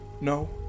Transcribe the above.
No